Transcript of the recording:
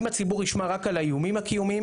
אם הציבור ישמע רק על האיומים הקיומיים